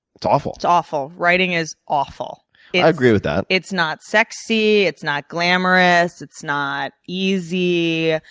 it's awful? it's awful. writing is awful. yeah i agree with that. it's not sexy, it's not glamorous, it's not easy.